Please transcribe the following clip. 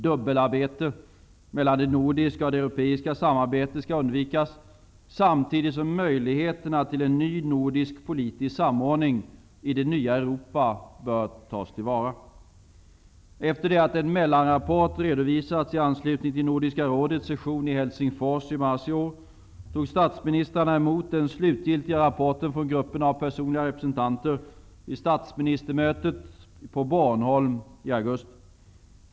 Dubbelarbete mellan det nordiska och det europeiska samarbetet skall undvikas, samtidigt som möjligheterna till en ny nordisk politisk samordning i det nya Europa bör tas till vara. Efter det att en mellanrapport har redovisats i anslutning till Nordiska rådets session i Helsingfors i mars i år, tog statsministrarna emot den slutgiltiga rapporten från gruppen av personliga representanter vid statsministermötet på Bornholm i augusti.